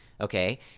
okay